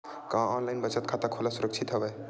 का ऑनलाइन बचत खाता खोला सुरक्षित हवय?